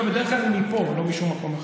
בדרך כלל מפה, לא משום מקום אחר.